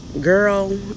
Girl